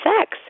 sex